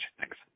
Thanks